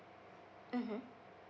mmhmm